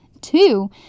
Two